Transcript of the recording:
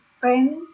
friend